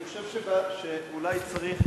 אני חושב שאולי צריך